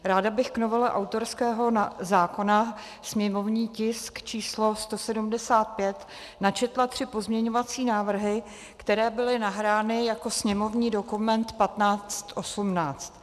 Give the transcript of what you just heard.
Ráda bych k novele k autorského zákona, sněmovní tisk číslo 175, načetla tři pozměňovací návrhy, které byly nahrány jako sněmovní dokument 1518.